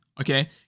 Okay